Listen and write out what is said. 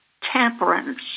temperance